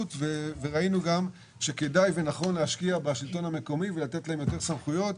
וראינו שכדאי להשקיע בשלטון המקומי ולתת לו יותר סמכויות.